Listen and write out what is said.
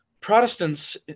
Protestants